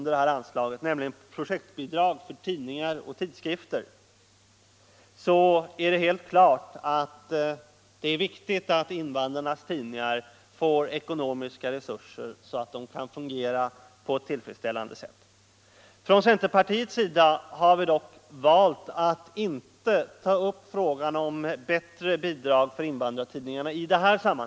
När det gäller posten Projektbidrag till tidningar och tidskrifter är det självfallet viktigt att invandrarnas tidningar får ekonomiska resurser så att de kan fungera på ett tillfredsställande sätt. Från centerpartiets sida har vi dock valt att i detta sammanhang inte ta upp frågan om ett bättre bidrag till invandrartidningarna.